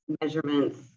measurements